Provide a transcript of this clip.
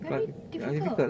very difficult